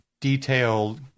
detailed